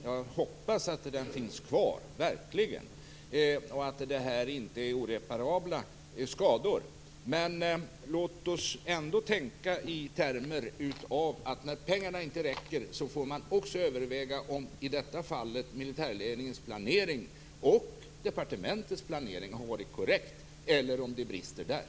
Jag hoppas verkligen att den finns kvar och att skadorna inte är oreparabla. Låt oss ändå tänka i termer av att när pengarna inte räcker måste man överväga om, i det här fallet, militärledningens planering och departementets planering har varit korrekt eller om det brister där.